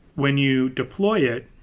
when you deploy it,